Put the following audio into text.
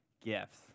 gifts